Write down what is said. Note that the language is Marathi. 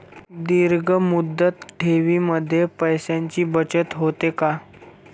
दीर्घ मुदत ठेवीमध्ये पैशांची बचत होते का?